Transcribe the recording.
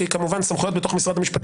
כי כמובן סמכויות בתוך משרד המשפטים